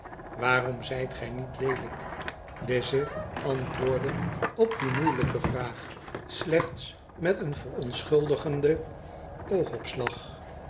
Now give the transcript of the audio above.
waarom zijt gij niet leelijk lize antwoordde op die moeilijke vraag slechts met een verontschuldigenden oogopslap